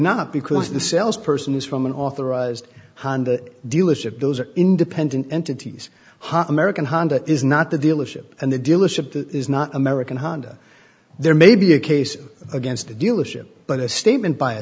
not because the sales person is from an authorized dealership those are independent entities hot american honda is not the dealership and the dealership that is not american honda there may be a case against the dealership but a statement by a